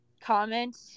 comment